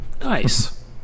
Nice